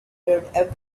prepared